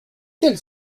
quelle